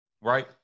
right